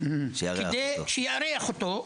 שיארח אותו,